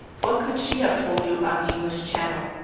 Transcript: what could she have told you about the english channel?